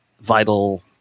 vital